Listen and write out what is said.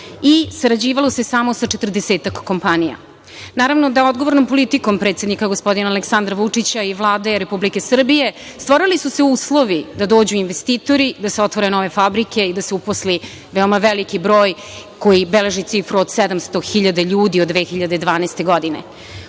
i sarađivalo se samo sa četrdesetak kompanija. Naravno da odgovornom politikom predsednika gospodina Aleksandra Vučića i Vlade Republike Srbije stvorili su se uslovi da dođu investitori, da se otvore nove fabrike i da se uposli veoma veliki broj koji beleži cifru od 700.000 ljudi od 2012. godine.